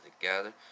together